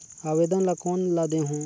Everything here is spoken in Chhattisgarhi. आवेदन ला कोन ला देहुं?